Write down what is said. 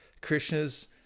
Krishna's